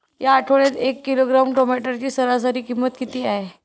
या आठवड्यात एक किलोग्रॅम टोमॅटोची सरासरी किंमत किती आहे?